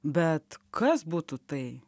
bet kas būtų tai